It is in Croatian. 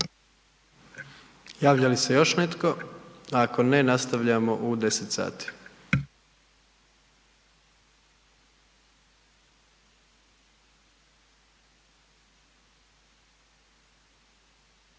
Javlja li se još netko? Ako ne, stavljamo u 10 sati.